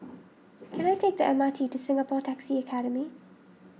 can I take the M R T to Singapore Taxi Academy